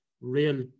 real